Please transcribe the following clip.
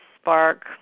spark